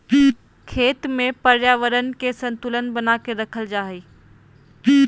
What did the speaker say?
खेत में पर्यावरण के संतुलन बना के रखल जा हइ